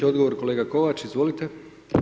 Odgovor, kolega Kovač, izvolite.